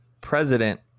president